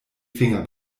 finger